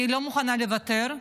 אני לא מוכנה לוותר,